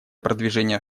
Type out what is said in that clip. продвижения